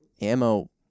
Ammo